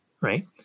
right